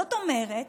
זאת אומרת